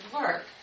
work